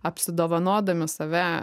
apsidovanodami save